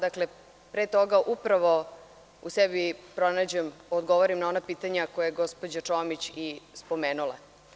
Dakle, pre toga upravo u sebi odgovorim na ona pitanja koja je gospođa Čomić i spomenula.